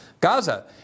Gaza